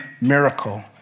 miracle